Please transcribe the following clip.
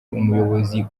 umuyobozi